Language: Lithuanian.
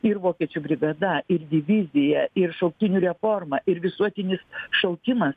ir vokiečių brigada ir divizija ir šauktinių reforma ir visuotinis šaukimas